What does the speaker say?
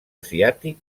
asiàtic